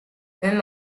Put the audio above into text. him